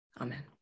Amen